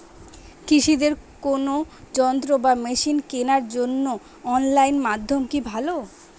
কৃষিদের কোন যন্ত্র বা মেশিন কেনার জন্য অনলাইন মাধ্যম কি ভালো?